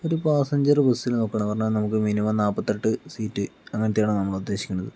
ഒരു passenger bus നോക്കണ പറഞ്ഞാൽ നമുക്ക് മിനിമം നാപ്പത്തെട്ട് സീറ്റ് അങ്ങനത്തെയാണ് നമ്മൾ ഉദേശിക്കുന്നത്